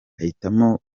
ahitamo